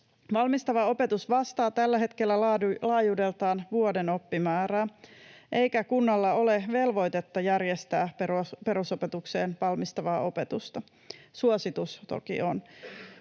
Valmistava opetus vastaa tällä hetkellä laajuudeltaan vuoden oppimäärää, eikä kunnalla ole velvoitetta järjestää perusopetukseen valmistavaa opetusta. Suositus toki on.